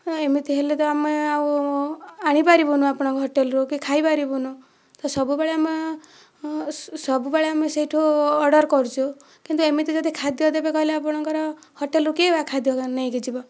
ଏମିତି ହେଲେ ତ ଆମେ ଆଉ ଆଣିପାରିବୁନାହିଁ କି ଆପଣଙ୍କ ହୋଟେଲରୁ କି ଖାଇପାରିବୁନାହିଁ ତ ସବୁବେଳେ ଆମେ ସବୁବେଳେ ଆମେ ସେଠୁ ଅର୍ଡର କରୁଛୁ କିନ୍ତୁ ଏମିତି ଯଦି ଖାଦ୍ୟ ଦେବେ କହିଲେ ଆପଣଙ୍କର ହୋଟେଲରୁ କିଏ ବା ଖାଦ୍ୟ ନେଇକି ଯିବ